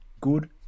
good